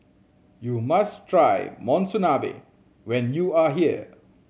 you must try Monsunabe when you are here